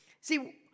See